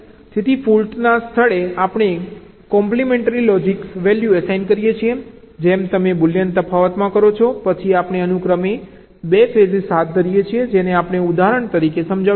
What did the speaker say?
તેથી ફોલ્ટના સ્થળે આપણે કોમ્પ્લિમેન્ટરી લોજીક વેલ્યૂ અસાઇન કરીએ છીએ જેમ તમે બુલિયન તફાવતમાં કરો છો પછી આપણે અનુક્રમે 2 ફેઝીસ હાથ ધરીએ છીએ જેને આપણે ઉદાહરણ સાથે સમજાવીશું